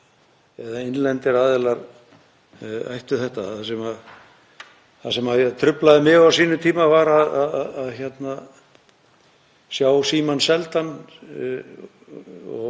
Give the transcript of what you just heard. eða innlendir aðilar ættu þetta. Það sem truflaði mig á sínum tíma var að sjá Símann seldan og